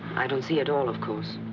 i don't see at all, of course.